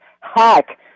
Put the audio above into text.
hack